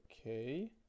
okay